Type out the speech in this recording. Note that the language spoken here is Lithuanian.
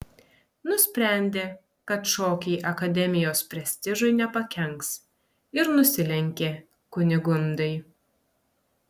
nusprendė kad šokiai akademijos prestižui nepakenks ir nusilenkė kunigundai